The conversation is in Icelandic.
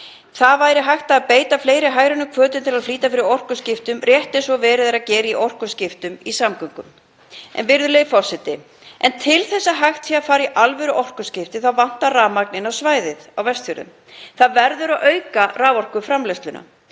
Það væri hægt að beita fleiri hagrænum hvötum til að flýta fyrir orkuskiptum rétt eins og verið er að gera í orkuskiptum í samgöngum. Virðulegi forseti. Til þess að hægt sé að fara í alvöru orkuskipti þá vantar rafmagn inn á svæðið á Vestfjörðum. Það verður að auka raforkuframleiðsluna.